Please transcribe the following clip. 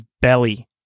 belly